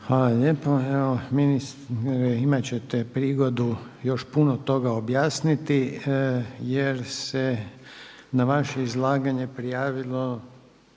Hvala lijepa. Evo ministre imati ćete prigodu još puno toga objasniti jer se na vaše izlaganje prijavilo